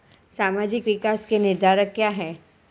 सामाजिक विकास के निर्धारक क्या है?